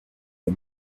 the